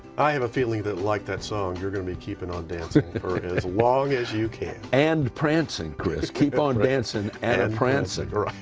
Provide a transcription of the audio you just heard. i have a feeling that like that song you're gonna be keepin' on dancin' for as long as you can. and prancin', cris, keep on dancin' and prancin'. you're right.